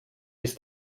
ist